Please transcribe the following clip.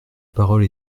parole